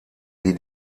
wie